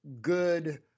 good